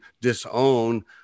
disown